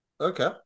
Okay